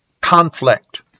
conflict